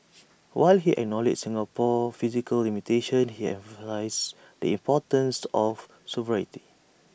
while he acknowledged Singapore's physical limitations he emphasised the importance of sovereignty